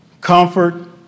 Comfort